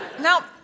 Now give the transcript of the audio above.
Now